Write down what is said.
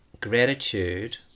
gratitude